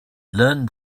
learned